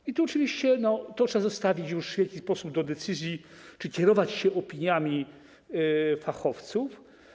I tu oczywiście to trzeba zostawić już w jakiś sposób do decyzji czy kierować się opiniami fachowców.